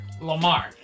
Lamar